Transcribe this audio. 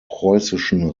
preußischen